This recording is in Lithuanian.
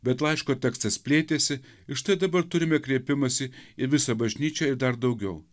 bet laiško tekstas plėtėsi ir štai dabar turime kreipimąsi į visą bažnyčią ir dar daugiau